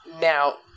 Now